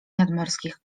nadmorskich